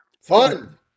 fun